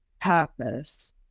purpose